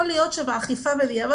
יכול להיות באכיפה בדיעבד